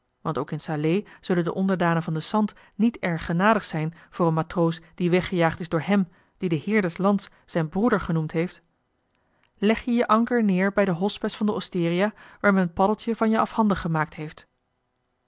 want ook in salé zullen de onderdanen van den sant niet erg genadig zijn voor een matroos die weggejaagd is door hem dien de heer des lands zijn broeder genoemd heeft leg je je anker neer bij den hospes van de osteria waar men paddeltje van je afhandig gemaakt heeft